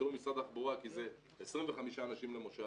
בתיאום עם משרד התחבורה כי זה 25 אנשים למושב,